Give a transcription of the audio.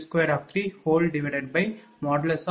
00026527 p